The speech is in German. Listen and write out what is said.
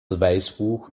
weißbuch